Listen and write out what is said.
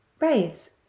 Raves